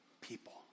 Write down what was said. people